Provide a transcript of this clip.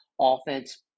offense